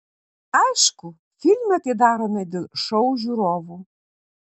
aišku filme tai darome dėl šou žiūrovų